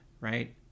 right